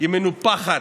היא מנופחת,